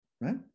right